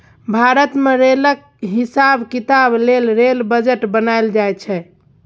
भारत मे रेलक हिसाब किताब लेल रेल बजट बनाएल जाइ छै